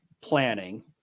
planning